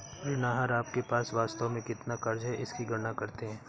ऋण आहार आपके पास वास्तव में कितना क़र्ज़ है इसकी गणना करते है